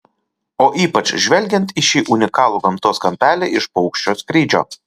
o ypač žvelgiant į šį unikalų gamtos kampelį iš paukščio skrydžio